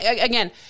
again